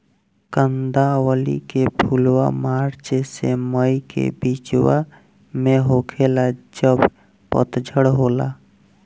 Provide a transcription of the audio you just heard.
कंदावली के फुलवा मार्च से मई के बिचवा में होखेला जब पतझर होला